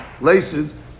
laces